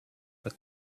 but